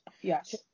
Yes